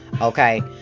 Okay